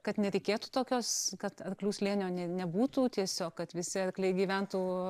kad nereikėtų tokios kad arklių slėnio ne nebūtų tiesiog kad visi arkliai gyventų